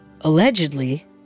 Allegedly